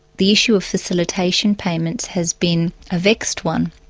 the issue of facilitation payments has been a vexed one.